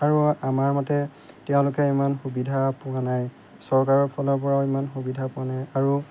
আৰু আমাৰ মতে তেওঁলোকে ইমান সুবিধা পোৱা নাই চৰকাৰৰ ফালৰ পৰাও ইমান সুবিধা পোৱা নাই আৰু